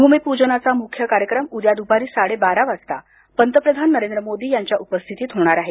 भूमिपूजनाचा मुख्य कार्यक्रम उद्या दुपारी साडेबारा वाजता पंतप्रधान नरेंद्र मोदी यांच्या उपस्थितीत होणार आहे